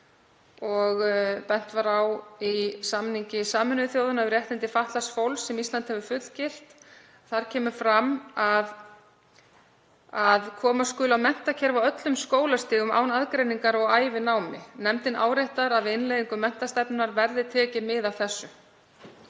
og bent var á að í samningi Sameinuðu þjóðanna um réttindi fatlaðs fólks, sem Ísland hefur fullgilt, kemur fram að koma skuli á menntakerfi á öllum skólastigum án aðgreiningar og ævinámi. Nefndin áréttar að við innleiðingu menntastefnunnar verði tekið mið af þessu.